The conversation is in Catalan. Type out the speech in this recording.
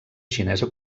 xinesa